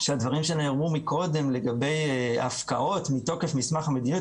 שהדברים שנאמרו מקודם לגבי הפקעות מתוקף מסמך המדיניות.